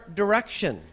direction